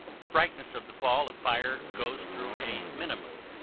the brightness of the ball of fire goes through a minimum,